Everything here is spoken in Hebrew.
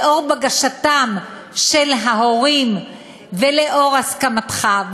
לאור בקשתם של ההורים ולאור הסכמתך,